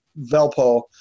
Velpo